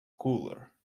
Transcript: cooler